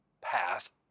Path